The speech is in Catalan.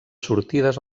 sortides